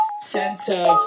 center